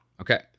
Okay